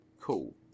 Cool